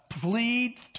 plead